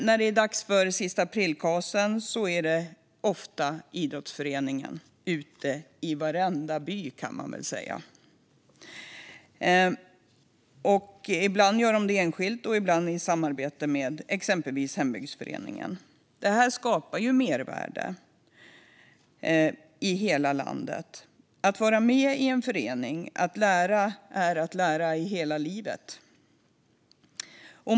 När det är dags för sista-april-kasen är det ofta idrottsföreningen ute i varenda by, kan man säga, som ordnar detta. Ibland gör de det enskilt och ibland i samarbete med exempelvis hembygdsföreningen. Det här skapar mervärde i hela landet. Att vara med i en förening är att lära i hela livet.